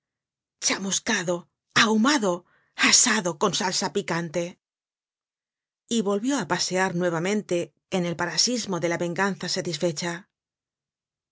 chamuscado ahumado asado con salsa picante y volvió á pasear nuevamente en el parasismo de la venganza satisfecha